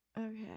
Okay